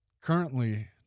Currently